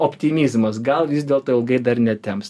optimizmas gal vis dėlto ilgai dar netemps